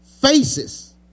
faces